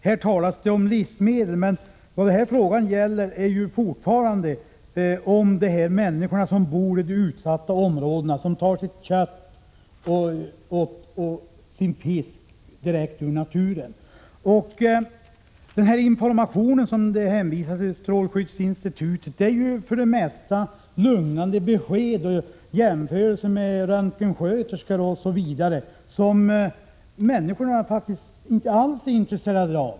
Det talas om livsmedel, men frågan gäller fortfarande de människor som bor i de utsatta områdena och som tar sitt kött och sin fisk direkt från naturen. Den här informationen från strålskyddsinstitutet som det hänvisas till är för det mesta lugnande besked och jämförelse med röntgensköterskor osv., som människor faktiskt inte alls är intresserade av.